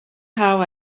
how